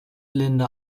linda